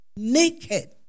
naked